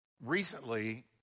Recently